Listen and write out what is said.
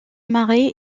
marais